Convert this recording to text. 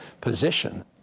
position